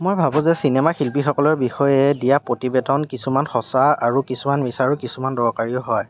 মই ভাবোঁ যে চিনেমা শিল্পীসকলৰ বিষয়ে দিয়া প্ৰতিবেদন কিছুমান সঁচা আৰু কিছুমান মিছাৰো কিছুমান দৰকাৰীয়েই হওক